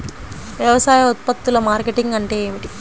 వ్యవసాయ ఉత్పత్తుల మార్కెటింగ్ అంటే ఏమిటి?